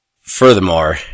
Furthermore